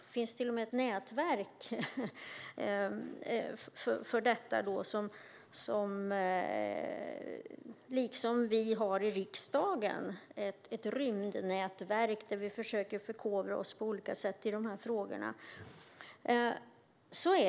Det finns till och med ett nätverk för detta liksom vi i riksdagen har ett rymdnätverk där vi försöker förkovra oss på olika sätt i dessa frågor.